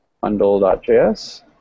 bundle.js